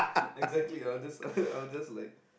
exactly I will just I will just like